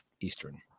Eastern